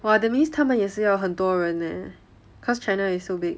!wah! that mean 他们也是要很多人 leh because china is so big